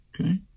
Okay